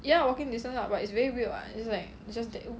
ya walking distant lah but it's very weird [what] it's like it's just that